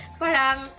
parang